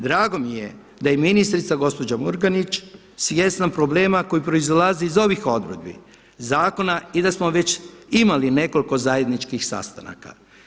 Drago mi je da je ministrica gospođa Murganić svjesna problema koje proizlaze iz ovih odredbi zakona i da smo već imali nekoliko zajedničkih sastanaka.